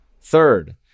Third